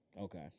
Okay